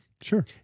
Sure